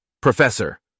Professor